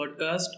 podcast